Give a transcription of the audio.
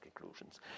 conclusions